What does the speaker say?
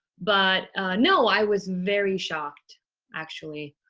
but no i was very shocked actually.